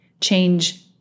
change